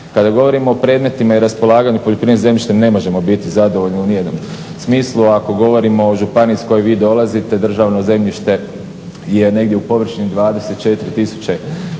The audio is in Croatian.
Kada govorimo o predmetima i raspolaganju poljoprivrednim zemljištem ne možemo biti zadovoljni u nijednom smislu. Ako govorimo o županiji iz koje vi dolazite, državno zemljište je negdje u površini 24